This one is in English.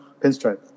Pinstripe